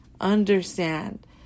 Understand